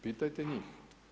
Pitajte njih.